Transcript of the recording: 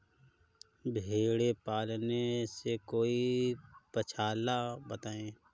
भेड़े पालने से कोई पक्षाला बताएं?